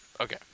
Okay